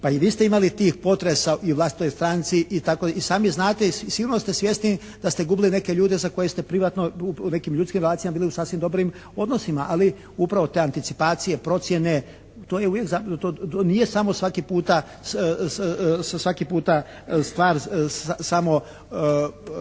pa i vi ste imali tih potresa i u vlastitoj stranci i sami znate i sigurno ste svjesni da ste gubili neke ljude za koje ste privatno u nekim ljudskim relacijama bili u sasvim dobrim odnosima. Ali upravo te anticipacije, procjene, to je uvijek to nije samo svaki puta stvar samo